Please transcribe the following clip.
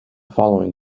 following